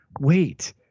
Wait